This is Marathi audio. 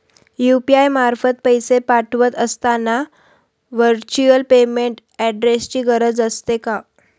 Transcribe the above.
यु.पी.आय मार्फत पैसे पाठवत असताना व्हर्च्युअल पेमेंट ऍड्रेसची गरज असते का?